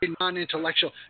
non-intellectual